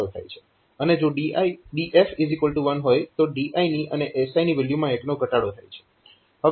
અને જો DF1 હોય તો DI ની અને SI ની વેલ્યુમાં 1 નો ઘટાડો થાય છે